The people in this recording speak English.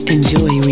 Enjoy